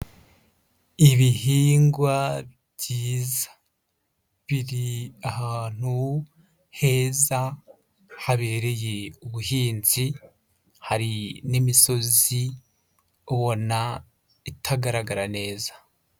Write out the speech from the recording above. Ibihingwa byiza biri ahantu heza habereye ubuhinzi, hari n'imisozi ubona itagaragara neza.